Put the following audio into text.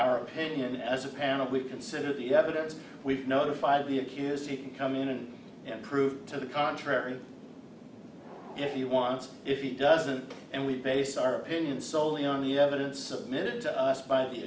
our opinion as a panel we consider the evidence we've notified the accused to come in and and prove to the contrary if you want if he doesn't and we base our opinion soley on the evidence submitted to us by the